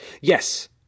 yes